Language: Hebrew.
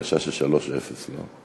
יש לי הרגשה שזה 0:3, לא?